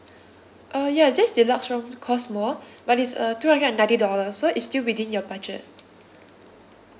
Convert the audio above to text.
uh yes this deluxe room costs more but it's a two hundred ninety dollars so is still within your budget